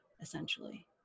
essentially